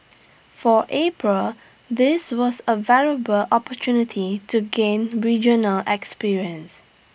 for April this was A valuable opportunity to gain regional experience